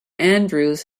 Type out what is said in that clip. andrews